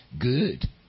Good